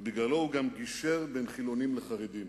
ובגללו הוא גישר בין חילונים לחרדים.